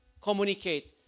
communicate